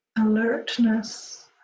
alertness